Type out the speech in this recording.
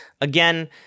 Again